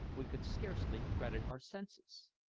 we could scarcely credit our senses.